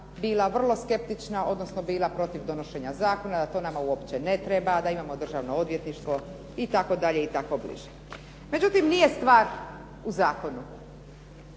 bila vrlo skeptična odnosno bila protiv donošenja zakona, da to nama uopće ne treba, da imamo državno odvjetništvo itd. i tako bliže. Međutim, nije stvar u zakonu